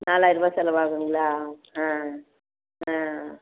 நாலாயர்ரூபா செலவாகுங்களா ஆ ஆ